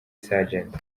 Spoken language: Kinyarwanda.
sergent